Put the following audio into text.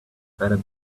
better